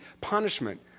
punishment